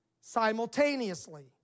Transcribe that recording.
simultaneously